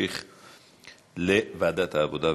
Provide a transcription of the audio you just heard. תעבור לוועדת העבודה,